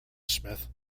smith